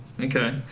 Okay